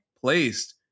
placed